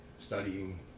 Studying